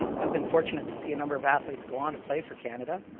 um i've been fortunate to see a number of athletes go on to play for canada,